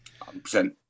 100%